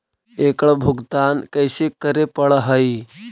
एकड़ भुगतान कैसे करे पड़हई?